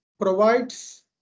provides